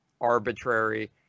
arbitrary